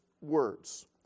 words